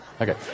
Okay